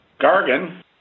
Gargan